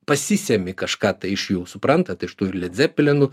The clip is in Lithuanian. pasisemi kažką iš jų suprantat iš tų le dzeplinų